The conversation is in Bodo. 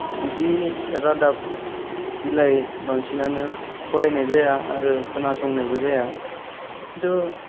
बिदि रादाब बिलाइ बांसिनानो फरायनाय जाया आरो खोनासंनायबो जाया किन्तु